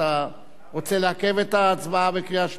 אתה רוצה לעכב את ההצבעה בקריאה שלישית?